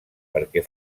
perquè